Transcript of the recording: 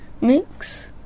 mix